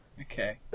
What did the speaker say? Okay